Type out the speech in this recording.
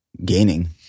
gaining